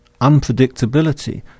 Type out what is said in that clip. unpredictability